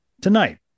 Tonight